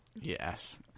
Yes